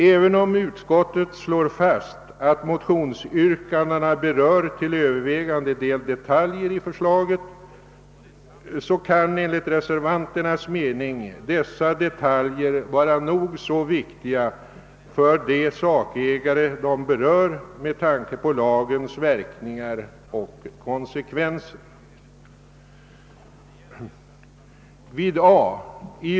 även om utskottet slår fast att motionsyrkandena till övervägande del berör detaljer i förslaget kan enligt reservanternas mening dessa detaljer vara nog så viktiga för de sak ägare som berörs med tanke på lagens verkningar och konsekvenser.